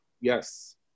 Yes